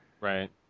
Right